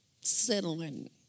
settling